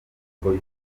wakoze